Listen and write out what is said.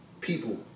people